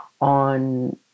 on